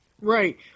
Right